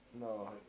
No